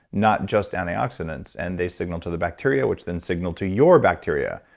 not just antioxidants and they signal to the bacteria, which then signal to your bacteria,